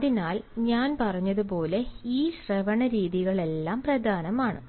അതിനാൽ ഞാൻ പറഞ്ഞതുപോലെ ഈ ശ്രവണരീതികളെല്ലാം പ്രധാനമാണ്